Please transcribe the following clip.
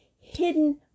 hidden